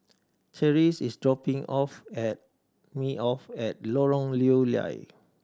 Terese is dropping off at me off at Lorong Lew Lian